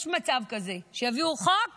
יש מצב כזה, שיביאו חוק